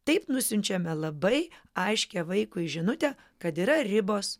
taip nusiunčiame labai aiškią vaikui žinutę kad yra ribos